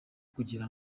kugira